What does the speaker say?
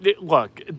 Look